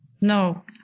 No